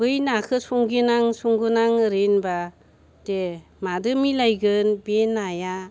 बै नैखौ संगिनां संगोनां ओरै होनबा दे मादों मिलायगोन बे नाया